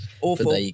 Awful